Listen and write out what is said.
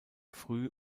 früh